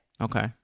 okay